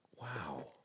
Wow